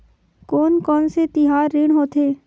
कोन कौन से तिहार ऋण होथे?